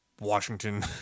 Washington